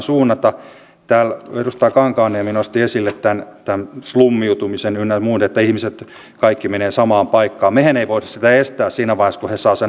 valtioneuvoston sivuilta löytyy sitten laajempi tietopaketti siitä mikä on muun muassa silloin tiedotustilaisuudessa julkisuuteen kerrottu mitä nämä eri kärkihankkeet pitävät sisällään